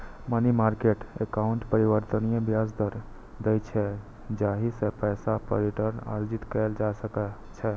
money market account परिवर्तनीय ब्याज दर दै छै, जाहि सं पैसा पर रिटर्न अर्जित कैल जा सकै छै